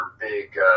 big